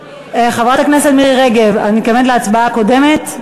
חברת הכנסת מירי רגב, את מתכוונת להצבעה הקודמת?